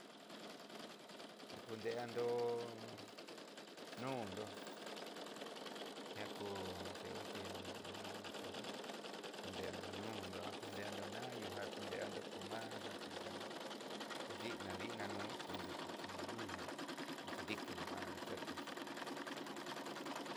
Jakuteandó n undó nakú ché util iin espejo kudendó nondó a kunendó náyo jan kunendó kuneandó komaja kuneando kuni nadi nanu kunreandó kunondó dikinró erpo nró.